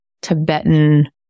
Tibetan